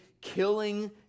killing